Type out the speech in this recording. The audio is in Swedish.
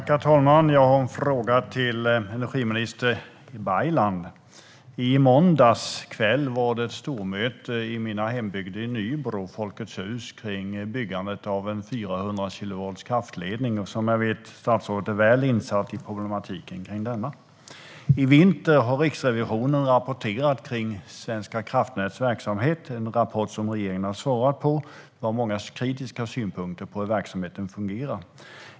Herr talman! Jag har en fråga till energiminister Baylan. I måndags kväll var det stormöte i min hembygd, i Folkets hus i Nybro, om byggandet av en 400 kilovolts kraftledning. Jag vet att statsrådet är väl insatt i problematiken kring denna. I vinter har Riksrevisionen rapporterat om Svenska kraftnäts verksamhet, en rapport som regeringen har svarat på, med många kritiska synpunkter på hur verksamheten fungerar.